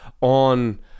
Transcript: on